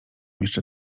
jeszcze